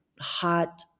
hot